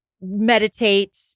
meditate